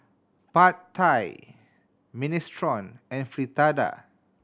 Pad Thai Minestrone and Fritada